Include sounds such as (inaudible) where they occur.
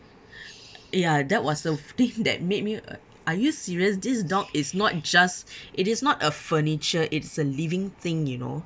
(breath) ya that was the thing that made me a~ are you serious this dog is not just (breath) it is not a furniture it's a living thing you know